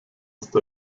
ist